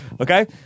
Okay